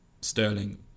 Sterling